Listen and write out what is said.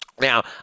now